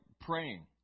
praying